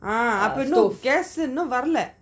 ah அப்போ இன்னும்:apo inum gas இன்னும் வரல:inum varala